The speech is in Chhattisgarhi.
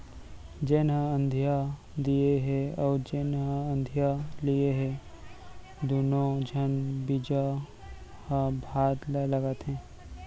जेन ह अधिया दिये हे अउ जेन ह अधिया लिये हे दुनों झन बिजहा भात ल लगाथें